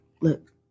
Look